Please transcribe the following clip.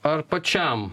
ar pačiam